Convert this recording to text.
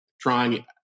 trying